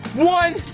one.